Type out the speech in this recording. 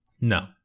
No